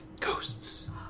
Ghosts